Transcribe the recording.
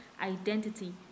identity